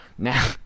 Now